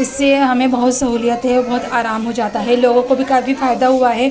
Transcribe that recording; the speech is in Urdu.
اس سے ہمیں بہت سہولیت ہے اور بہت آرام ہو جاتا ہے لوگوں کو بھی کافی فائدہ ہوا ہے